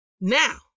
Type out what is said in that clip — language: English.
Now